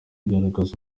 igaragaza